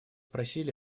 просили